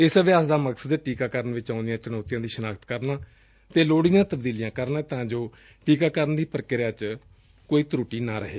ਇਸ ਅਭਿਆਸ ਦਾ ਮਕਸਦ ਟੀਕਾਕਰਨ ਵਿਚ ਆਉਦੀਆ ਚੁਣੌਤੀਆ ਦੀ ਸ਼ਨਾਖਤ ਕਰਨਾ ਅਤੇ ਲੋੜੀਦੀਆ ਤਬਦੀਲੀਆਂ ਕਰਨਾ ਏ ਤਾਂ ਜੋ ਟੀਕਾਕਰਨ ਦੀ ਪ੍ਰਕਿਰਿਆ ਵਿਚ ਕੋਈ ਤਰੁਟੀ ਨਾ ਰਹੇ